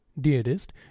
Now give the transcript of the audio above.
dearest